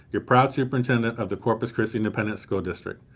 your proud superintendent of the corpus christi independent school district.